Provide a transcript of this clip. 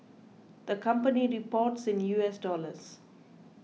the company reports in U S dollars